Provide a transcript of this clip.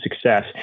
success